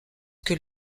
que